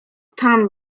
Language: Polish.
tam